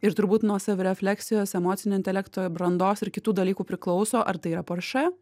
ir turbūt nuo savirefleksijos emocinio intelekto brandos ir kitų dalykų priklauso ar tai yra poršė